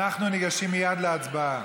אנחנו ניגשים מייד להצבעה.